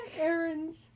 Errands